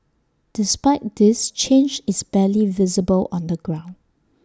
despite this change is barely visible on the ground